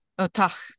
Otach